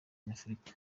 nyafurika